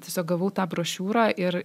tiesiog gavau tą brošiūrą ir